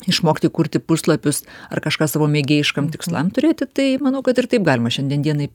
išmokti kurti puslapius ar kažką savo mėgėjiškam tikslam turėti tai manau kad ir taip galima šiandien dienai